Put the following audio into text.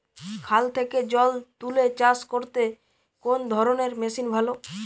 খাল থেকে জল তুলে চাষ করতে কোন ধরনের মেশিন ভালো?